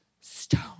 stone